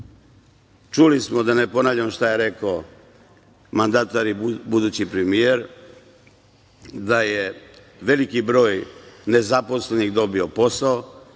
čuli smo, da ne ponavljam šta je rekao mandatar i budući premijer, da je veliki broj nezaposlenih dobio posao,